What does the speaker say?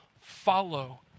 follow